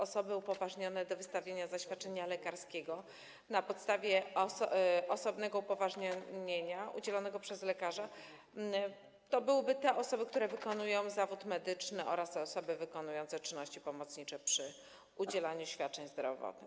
Osoby upoważnione do wystawienia zaświadczenia lekarskiego na podstawie osobnego upoważnienia udzielonego przez lekarza to byłyby te osoby, które wykonują zawód medyczny, oraz osoby wykonujące czynności pomocnicze przy udzielaniu świadczeń zdrowotnych.